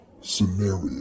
scenario